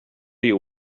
you